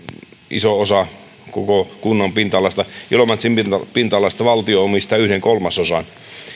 iso osa koko kunnan pinta alasta ilomantsin pinta alasta valtio omistaa yhden kolmasosan